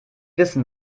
wissen